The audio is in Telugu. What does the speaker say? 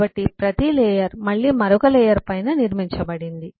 కాబట్టి ప్రతి లేయర్ మళ్ళీ మరొక లేయర్ పైన నిర్మించబడింది